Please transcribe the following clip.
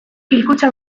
hilkutxa